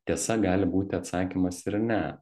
tiesa gali būti atsakymas ir ne